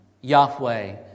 Yahweh